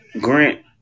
Grant